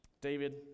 David